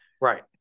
Right